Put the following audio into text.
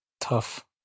tough